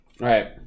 right